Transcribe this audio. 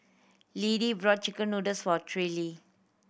Liddie bought chicken noodles for Terrill